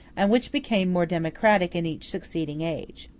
and which became more democratic in each succeeding age.